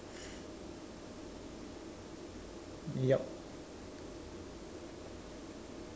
yup